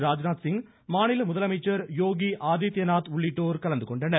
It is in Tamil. ராஜ்நாத்சிங் மாநில முதலமைச்சர் யோகி ஆதித்யநாத் உள்ளிட்டோர் கலந்துகொண்டனர்